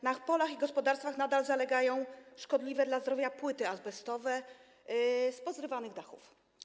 Na polach i w gospodarstwach nadal zalegają szkodliwe dla zdrowia płyty azbestowe z pozrywanych dachów.